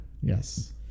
Yes